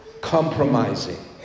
compromising